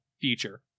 future